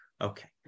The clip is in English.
Okay